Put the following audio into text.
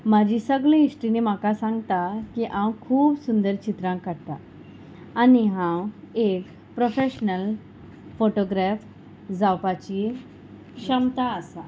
म्हाजी सगळी इश्टीनी म्हाका सांगता की हांव खूब सुंदर चित्रां काडटा आनी हांव एक प्रोफेशनल फोटोग्रॅफ जावपाची क्षमता आसा